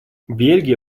бельгия